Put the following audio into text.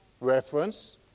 reference